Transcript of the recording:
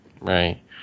Right